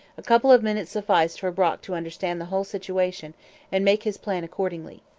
a couple of minutes sufficed for brock to understand the whole situation and make his plan accordingly.